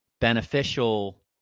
beneficial